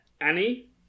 Annie